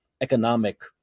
economic